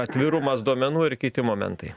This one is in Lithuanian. atvirumas duomenų ir kiti momentai